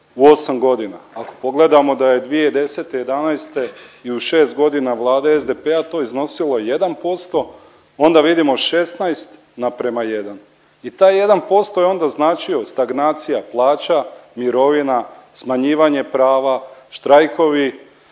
u 8 godina. Ako pogledamo da je 2010., '11. i u 6 godina vlade SDP-a to iznosilo 1% onda vidimo 16 naprema 1 i taj 1% je onda značio stagnacija plaća, mirovina, smanjivanje prava, štrajkovi,